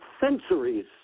centuries